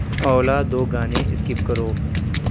اولا دو گانے اسکپ کرو